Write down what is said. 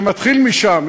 זה מתחיל משם,